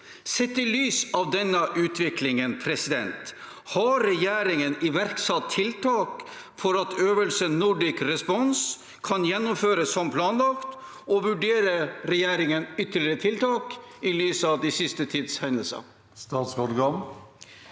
Sett i lys av denne utviklingen: Har re gjeringen iverksatt tiltak for at øvelsen Nordic Response kan gjennomføres som planlagt, og vurderer regjeringen ytterligere tiltak i lys av den siste tids hendelser? Statsråd